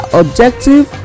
objective